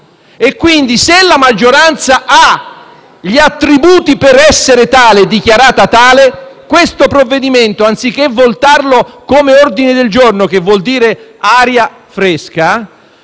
Quindi, se la maggioranza ha gli attributi per essere dichiarata tale, l'emendamento in questione, anziché votarlo come ordine del giorno, che vuol dire aria fresca,